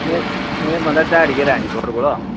में में मतलब ध्याड़ी गै लैनी थुआढ़े कोला